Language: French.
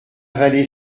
vallée